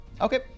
Okay